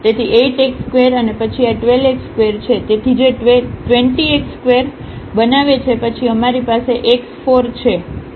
તેથી 8x2 અને પછી આ 12x2છે તેથી જે 20x2 બનાવે છે પછી અમારી પાસે x4 છે